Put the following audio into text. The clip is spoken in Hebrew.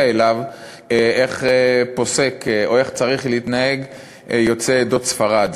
אליו איך פוסק או איך צריך להתנהג יוצא עדות ספרד.